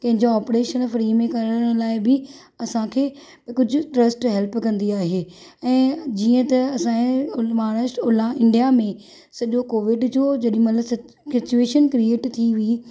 कंहिंजो operation free में करण लाइ बि असांखे कुझु ट्रस्ट हैल्प कंदी आहे ऐं जीअं त असांजे महाराष्ट्र इंडिया में सॼो कोविड जो जेॾी महिल सिचूएशन क्रीएट थी हुई